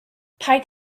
paid